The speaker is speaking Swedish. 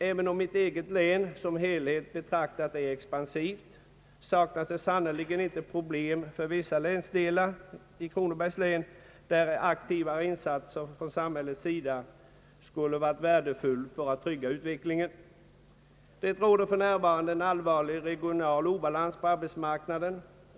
Även om mitt eget län som helhet betraktat är expansivt, saknas det sannerligen inte problem för vissa länsdelar, där aktiva insatser från samhällets sida skulle ha varit värdefulla för att trygga utvecklingen. Det råder för närvarande en allvarlig regional obalans på arbetsmarknaden.